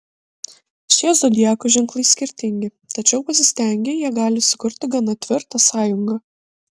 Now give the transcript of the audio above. šie zodiako ženklai skirtingi tačiau pasistengę jie gali sukurti gana tvirtą sąjungą